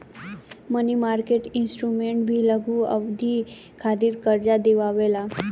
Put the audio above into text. मनी market instruments भी लघु अवधि खातिर कार्जा दिअवावे ला